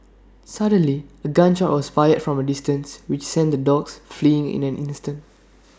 suddenly A gun shot was fired from A distance which sent the dogs fleeing in an instant